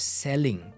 selling